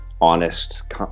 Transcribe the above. honest